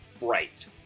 right